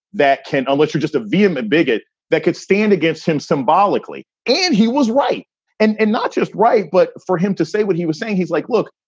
that can unless you're just a vehement bigot that could stand against him symbolically. and he was right and and not just right, but for him to say what he was saying. he's like, look,